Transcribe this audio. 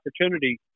opportunity